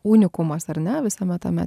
unikumas ar ne visame tame